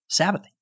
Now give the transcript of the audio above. Sabbathing